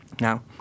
Now